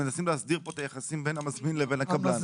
אנחנו מנסים להסדיר פה את היחסים בין המזמין לבין הקבלן.